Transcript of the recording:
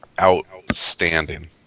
outstanding